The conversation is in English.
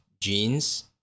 jeans